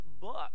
book